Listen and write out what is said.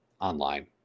online